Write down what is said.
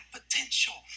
potential